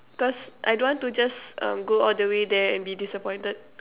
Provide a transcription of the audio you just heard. cause I don't want to just um go all the way there and be disappointed